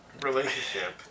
relationship